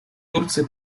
турции